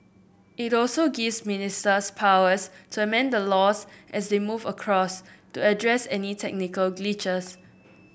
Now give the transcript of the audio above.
it also gives ministers powers to amend the laws as they move across to address any technical glitches